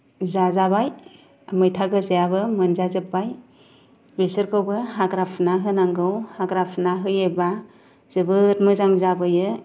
जाजाबाय मैथा गोजायाबो मोनजाजोब्बाय बिसोरखौबो हाग्रा फुना होनांगौ हाग्रा फुना होयोब्ला जोबोर मोजां जाबोयो